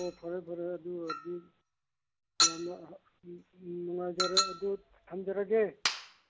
ꯑꯣ ꯐꯔꯦ ꯐꯔꯦ ꯑꯗꯨ ꯑꯣꯏꯔꯗꯤ ꯌꯥꯝꯅ ꯅꯨꯡꯉꯥꯏꯖꯔꯦ ꯑꯗꯨ ꯊꯝꯖꯔꯒꯦ